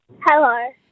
Hello